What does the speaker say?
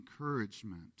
encouragement